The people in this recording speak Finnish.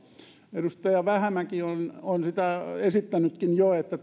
edustaja vähämäki on jo esittänytkin että